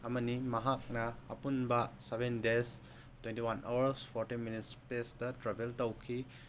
ꯑꯃꯅꯤ ꯃꯍꯥꯛꯅ ꯑꯄꯨꯟꯕ seven days twenty one hours fourteen minutes ꯏꯁꯄꯦꯁꯇ ꯇ꯭ꯔꯥꯚꯦꯜ ꯇꯧꯈꯤ